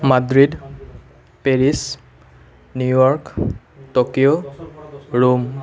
Madrid Paris New York Tokyo Rome